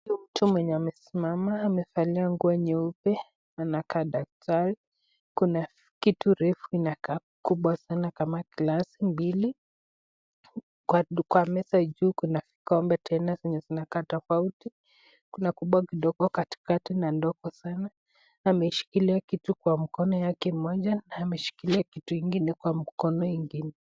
Mtu mwenye amesimama, amevalia nguo nyeupe. Anakaa Daktari , kuna kitu refu kubwa sana inakaa Glavu mbili kwa du, kwa meza juu kuna kikombe tena zenye zinakaa tofauti kuna kubwa kidogo katika na dogo sana . ameshikilia kitu kwa mkono yake moja na ameshikilia ingine kwa mkono yake ingine.